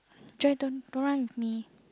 Joy don't don't run with me